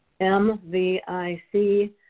M-V-I-C